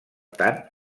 tant